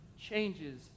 changes